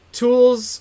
tools